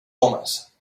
homes